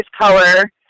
color